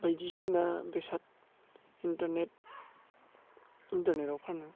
बायदिसिना बेसाद इन्टारनेट इन्टारनेटआव फानो